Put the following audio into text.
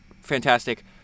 fantastic